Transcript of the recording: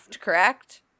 correct